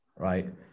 Right